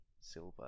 silver